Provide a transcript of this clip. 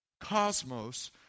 cosmos